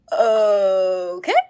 Okay